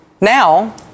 now